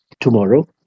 Tomorrow